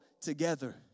together